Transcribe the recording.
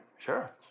Sure